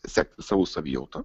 sekti savo savijautą